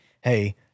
hey